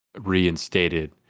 reinstated